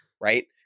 right